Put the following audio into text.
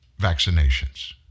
Vaccinations